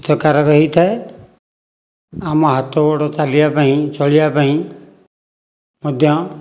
ହିତକାରକ ରହିଥାଏ ଆମ ହାତଗୋଡ଼ ଚାଲିବାପାଇଁ ଚଳିବାପାଇଁ ମଧ୍ୟ